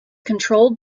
controlled